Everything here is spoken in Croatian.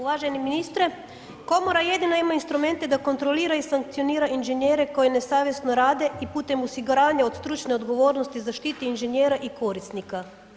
Uvaženi ministre, komora jedina ima instrumente da kontrolira i sankcionira inženjere koji nesavjesno rade i putem osiguranja od stručne odgovornosti zaštiti inženjera i korisnika.